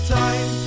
time